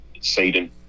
Satan